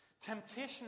temptation